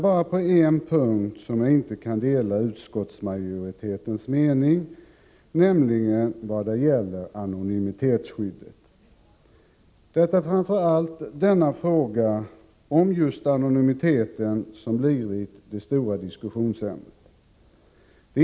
Bara på en enda punkt kan jag inte dela utskottsmajoritetens mening, nämligen vad det gäller anonymitetsskyddet. Det är framför allt denna fråga om just anonymiteten som har blivit det stora diskussionsämnet.